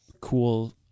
cool